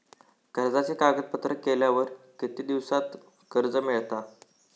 कर्जाचे कागदपत्र केल्यावर किती दिवसात कर्ज मिळता?